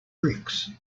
bricks